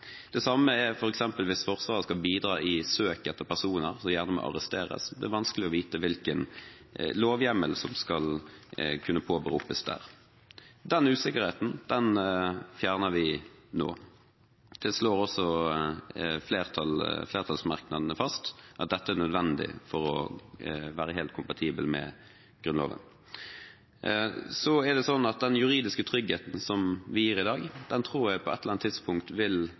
er vanskelig å vite hvilken lovhjemmel som skal kunne påberopes der. Den usikkerheten fjerner vi nå. Flertallsmerknadene slår også fast at dette er nødvendig for å være helt kompatibel med Grunnloven. Den juridiske tryggheten vi gir i dag, tror jeg på et eller annet tidspunkt også vil